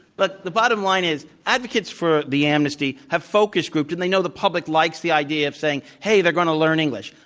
but the bottom line is, advocates for the amnesty have focus groups and they know the public likes the idea of saying hey, they're going to learn english.